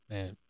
Man